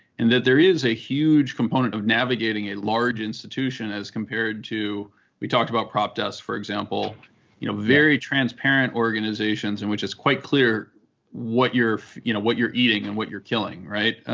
and that there is a huge component of navigating a large institution as compared to we talked about prop desks, for example you know very transparent organizations in which it's quite clear what you know what you're eating and what you're killing, right,